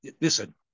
Listen